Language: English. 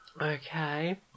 Okay